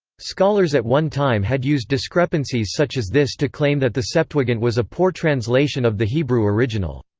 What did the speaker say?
scholars at one time had used discrepancies such as this to claim that the septuagint was a poor translation of the hebrew original.